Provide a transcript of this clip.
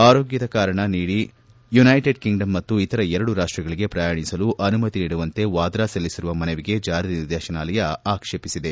ಆರೋಗ್ಲದ ಕಾರಣ ನೀಡಿ United Kingdom ಮತ್ತು ಇತರ ಎರಡು ರಾಷ್ಷಗಳಿಗೆ ಪ್ರಯಾಣಿಸಲು ಅನುಮತಿ ನೀಡುವಂತೆ ವಾದ್ರಾ ಸಲ್ಲಿಸಿರುವ ಮನವಿಗೆ ಜಾರಿ ನಿರ್ದೇಶನಾಲಯ ಆಕ್ಷೇಪಿಸಿದೆ